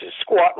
squat